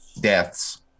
deaths